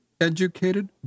educated